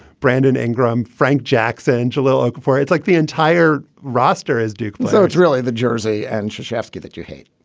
brandon ingram, frank jackson, jahlil okafor. it's like the entire roster is duke but so it's really the jersey and chayefsky that you hate.